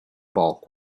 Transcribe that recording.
bulk